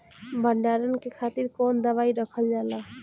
भंडारन के खातीर कौन दवाई रखल जाला?